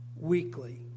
weekly